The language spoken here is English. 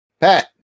Pat